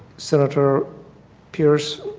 senator pierce,